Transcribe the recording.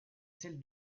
celle